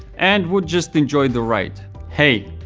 and would just enjoy the ride. hey,